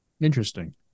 Interesting